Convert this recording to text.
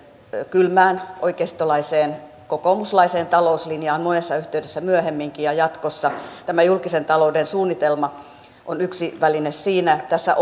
kylmään oikeistolaiseen kokoomuslaiseen talouslinjaan monessa yhteydessä myöhemminkin ja jatkossa tämä julkisen talouden suunnitelma on yksi väline siinä tässä